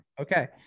Okay